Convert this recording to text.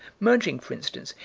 merging, for instance,